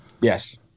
Yes